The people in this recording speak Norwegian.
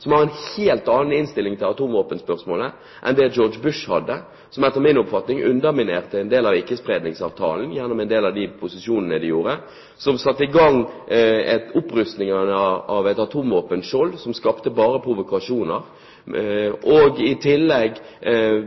som har en helt annen innstilling til atomvåpenspørsmålet enn det George Bush hadde – som etter min oppfatning underminerte en del av Ikke-spredningsavtalen gjennom en del av de disposisjonene de gjorde, som satte i gang en opprustning av et atomvåpenskjold som bare skapte provokasjoner og i tillegg